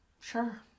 Sure